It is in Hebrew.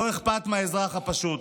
לא אכפת מהאזרח הפשוט.